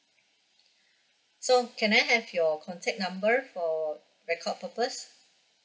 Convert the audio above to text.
so can I have your contact number for record purpose